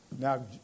now